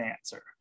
answer